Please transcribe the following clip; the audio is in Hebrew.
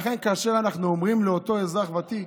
לכן, כאשר אנחנו אומרים לאותו אזרח ותיק: